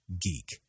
geek